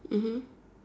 mmhmm